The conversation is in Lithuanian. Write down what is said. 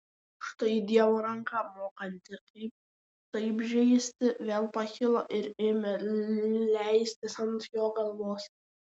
štai dievo ranka mokanti taip žeisti vėl pakilo ir ėmė leistis ant jo galvos